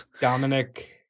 Dominic